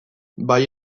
bai